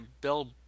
Bill